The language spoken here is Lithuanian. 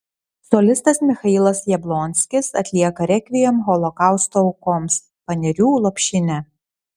solistas michailas jablonskis atlieka rekviem holokausto aukoms panerių lopšinę